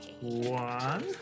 One